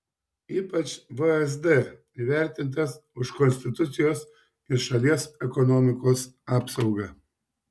ypač vsd įvertintas už konstitucijos ir šalies ekonomikos apsaugą